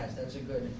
that's a good